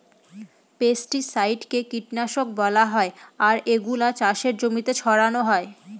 পেস্টিসাইডকে কীটনাশক বলা হয় আর এগুলা চাষের জমিতে ছড়ানো হয়